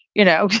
you know?